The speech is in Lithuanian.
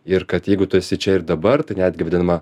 ir kad jeigu tu esi čia ir dabar tai netgi vadinama